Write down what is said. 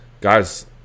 guys